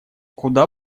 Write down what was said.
куда